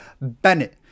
Bennett